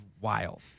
wild